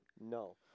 No